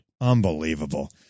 Unbelievable